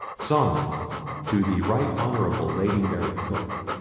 sonnet to the right honourable lady mary coke.